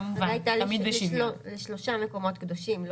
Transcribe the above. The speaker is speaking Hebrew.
הכוונה לשלושה מקומות קדושים.